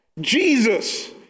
Jesus